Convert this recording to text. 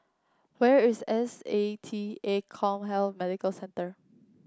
where is S A T A CommHealth Medical Centre